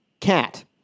cat